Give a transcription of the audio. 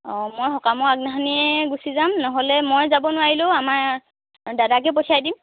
অ মই সকামৰ আগদিনাখনেই গুচি যাম নহ'লে মই যাব নোৱাৰিলেও আমাৰ দাদাকে পঠিয়াই দিম